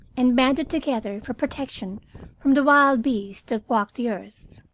and banded together for protection from the wild beasts that walked the earth.